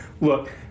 Look